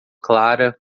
clara